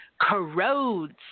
corrodes